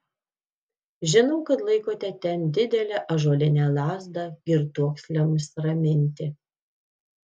žinau kad laikote ten didelę ąžuolinę lazdą girtuokliams raminti